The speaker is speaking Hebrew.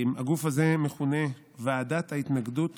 הגוף הזה מכונה "ועדת ההתנגדות